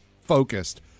focused